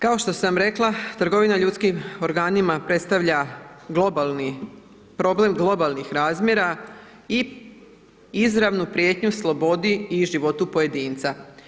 Kao što sam rekla, trgovina ljudskim organima predstavlja globalni problem, globalnih razmjera i izravnu prijetnju slobodi i životu pojedinca.